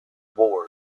board